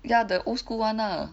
ya the old school [one] ah